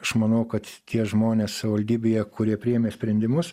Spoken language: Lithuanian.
aš manau kad tie žmonės savivaldybėje kurie priėmė sprendimus